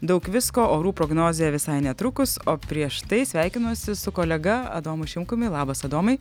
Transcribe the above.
daug visko orų prognozė visai netrukus o prieš tai sveikinuosi su kolega adomu šimkumi labas adomai